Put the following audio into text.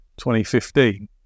2015